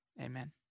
amen